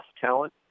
talent